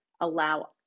allow